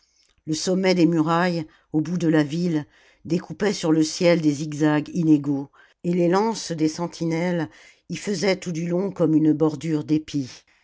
le sommet des murailles au bout de la ville découpait sur le ciel des zigzags inégaux et les lances des sentinelles y faisaient tout du long comme une bordure d'épis